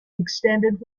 extended